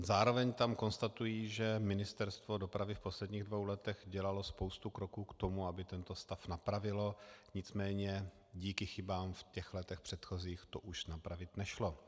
Zároveň tam konstatují, že Ministerstvo dopravy v posledních dvou letech udělalo spoustu kroků k tomu, aby tento stav napravilo, nicméně díky chybám v letech předchozích to už napravit nešlo.